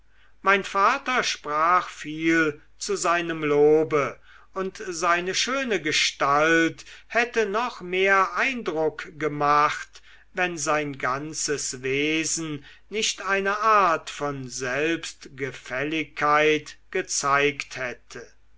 mein vater sprach viel zu seinem lobe und seine schöne gestalt hätte noch mehr eindruck gemacht wenn sein ganzes wesen nicht eine art von selbstgefälligkeit gezeigt hätte